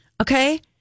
Okay